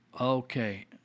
okay